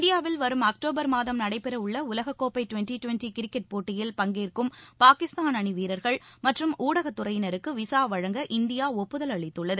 இந்தியாவில் வரும் அக்டோபர் மாதம் நடைபெறவுள்ள உலகக்கோப்பை டுவன்டி டுவன்டி கிரிக்கெட் போட்டியில் பங்கேற்கும் பாகிஸ்த ான் அணி வீரர்கள் மற்றம் ஊடகத்துறையினருக்கு விசா வழங்க இந்தியா ஒப்புதல் அளித்துள்ளது